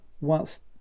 whilst